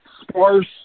sparse